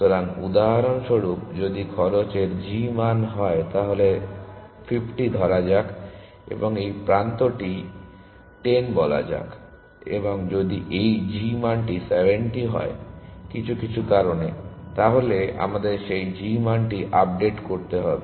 সুতরাং উদাহরণস্বরূপ যদি খরচের g মান হয় তাহলে 50 ধরা যাক এবং প্রান্তটি এই প্রান্তটি 10 বলা যাক এবং যদি এই g মানটি 70 হয় কিছু কিছু কারণে তাহলে আমাদের সেই g মানটি আপডেট করতে হবে